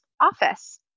office